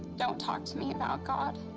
don't talk to me about god.